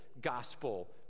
gospel